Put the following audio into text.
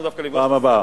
בפעם הבאה.